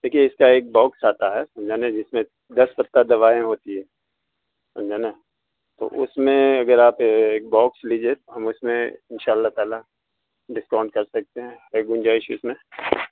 دیکھیے اس کا ایک باکس آتا ہے سمجھانا جس میں دس پتا دوائیں ہوتی ہیں سمجھانا تو اس میں اگر آپ ایک باکس لیجیے تو ہم اس میں ان شاء اللہ تعالیٰ ڈسکاؤنٹ کر سکتے ہیں ایک گنجائش اس میں